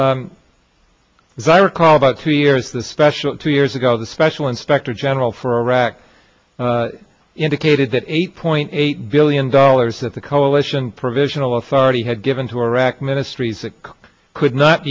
s as i recall about two years the special two years ago the special inspector general for iraq indicated that eight point eight billion dollars that the coalition provisional authority had given to iraqi ministries that could not